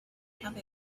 have